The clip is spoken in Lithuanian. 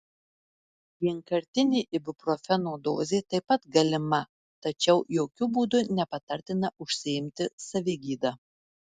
vienkartinė ibuprofeno dozė taip pat galima tačiau jokiu būdu nepatartina užsiimti savigyda